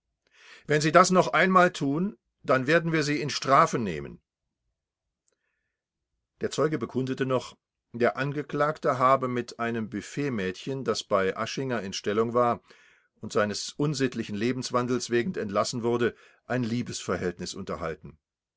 wenn sie das noch einmal tun dann werden wir sie in strafe nehmen der zeuge bekundete noch der angeklagte habe mit einem büfettmädchen das bei aschinger in stellung war und seines unsittlichen lebenswandels wegen entlassen wurde ein liebesverhältnis unterhalten